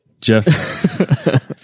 Jeff